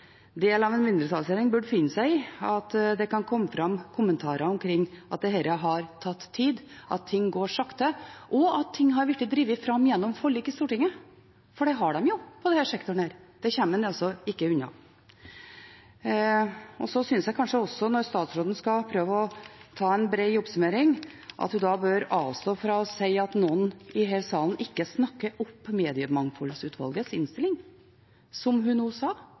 av en mindretallsregjering, bør finne seg i at det kan komme kommentarer om at dette har tatt tid, at ting går sakte, og at ting har blitt drevet fram gjennom forlik i Stortinget, for det har det i denne sektoren, det kommer en ikke unna. Så synes jeg kanskje også at når statsråden skal prøve å ta en bred oppsummering, bør hun avstå fra å si at noen i denne salen ikke snakker opp Mediemangfoldsutvalgets innstilling, som hun nå sa.